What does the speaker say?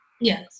Yes